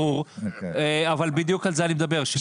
ברור, אבל בדיוק על זה אני מדבר.